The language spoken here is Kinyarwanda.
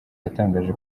yatangaje